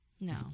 no